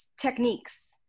techniques